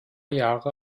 jahre